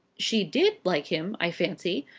she did like him, i fancy,